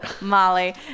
Molly